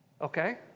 Okay